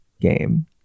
game